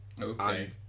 Okay